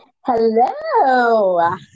Hello